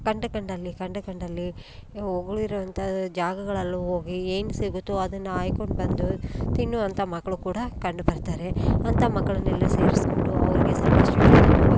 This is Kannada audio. ಕಂಡ ಕಂಡಲ್ಲಿ ಕಂಡ ಕಂಡಲ್ಲಿ ಉಗುಳಿರುವಂಥ ಜಾಗಗಳಲ್ಲಿ ಹೋಗಿ ಏನು ಸಿಗುತ್ತೋ ಅದನ್ನು ಆಯ್ಕೊಂಡು ಬಂದು ತಿನ್ನುವಂಥ ಮಕ್ಳು ಕೂಡ ಕಂಡು ಬರ್ತಾರೆ ಅಂತ ಮಕ್ಕಳನ್ನೆಲ್ಲ ಸೇರಿಸ್ಕೊಂಡು ಅವರಿಗೆ ಸ್ವಲ್ಪ